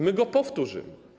My to powtórzymy.